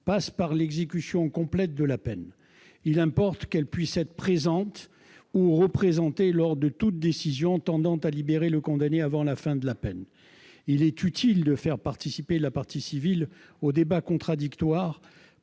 passe par l'exécution complète de la peine, il importe que celle-ci puisse être présente, ou représentée, lors de toute décision tendant à libérer le condamné avant la fin de sa peine. Il est utile de faire participer la partie civile aux débats contradictoires